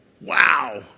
Wow